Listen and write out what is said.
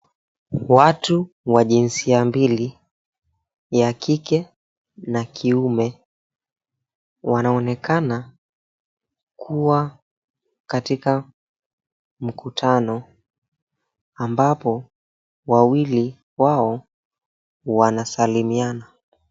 Watu wa jinsia mbili, ya kike na kiume, wanaonekana kuwa katika mkutano ambapo wawili wao wanasalimiana.